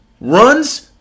runs